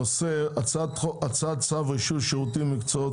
הנושא: הצעת צו רישוי שירותים ומקצועות